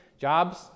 jobs